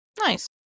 Nice